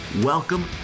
Welcome